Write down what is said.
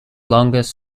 longest